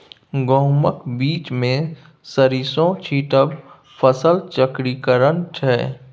गहुमक बीचमे सरिसों छीटब फसल चक्रीकरण छै